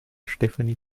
stefanie